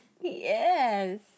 Yes